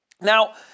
Now